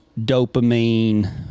dopamine